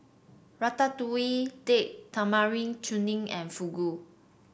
Ratatouille Date Tamarind Chutney and Fugu